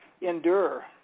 endure